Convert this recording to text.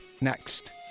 next